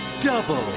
double